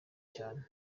cyane